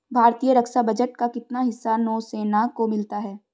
भारतीय रक्षा बजट का कितना हिस्सा नौसेना को मिलता है?